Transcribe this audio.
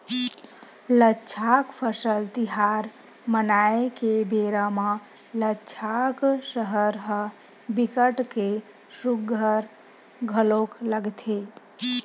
लद्दाख फसल तिहार मनाए के बेरा म लद्दाख सहर ह बिकट के सुग्घर घलोक लगथे